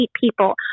people